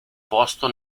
posto